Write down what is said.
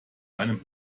einem